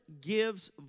gives